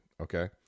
okay